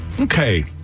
okay